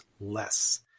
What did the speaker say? less